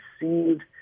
received